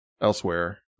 elsewhere